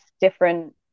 different